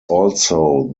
also